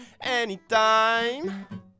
Anytime